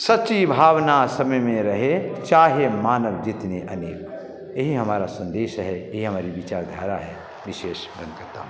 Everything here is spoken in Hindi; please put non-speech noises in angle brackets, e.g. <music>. सच्ची भावना सम्म में रहे चाहे मानव जीतने अनेक हो यही हमारा संदेश है यह हमारी विचारधारा है विशेष <unintelligible>